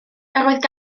oedd